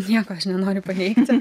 nieko nenoriu paneigti